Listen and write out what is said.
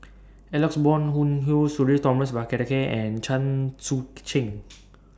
Alex Ong Boon Hau Sudhir Thomas Vadaketh and Chen Sucheng